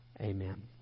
Amen